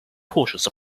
cautious